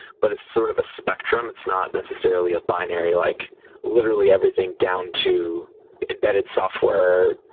but it's sort of a spectrum. it's not necessarily a binary, like literally everything down to embedded software,